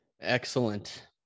excellent